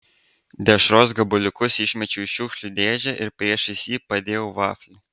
dešros gabaliukus išmečiau į šiukšlių dėžę ir priešais jį padėjau vaflį